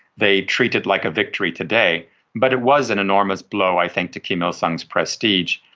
they treat it like a victory today but it was an enormous blow i think to kim il-sung's prestige.